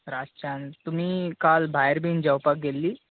रातच्यान तुमी काल भायर बी जेवपाक गेल्ली